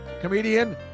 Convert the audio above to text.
comedian